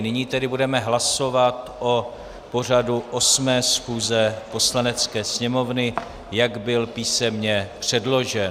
Nyní tedy budeme hlasovat o pořadu osmé schůze Poslanecké sněmovny, jak byl písemné předložen.